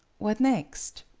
what next?